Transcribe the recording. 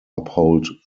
uphold